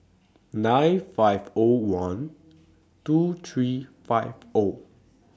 nine five O one two three five O